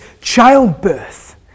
childbirth